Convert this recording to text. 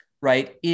right